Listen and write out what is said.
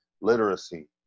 literacy